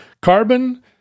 Carbon